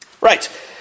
Right